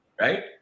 Right